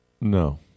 no